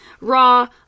Raw